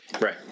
Right